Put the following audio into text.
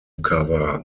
cover